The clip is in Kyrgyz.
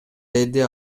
деди